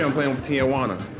um playing with tijuana.